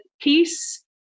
peace